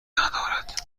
ندارد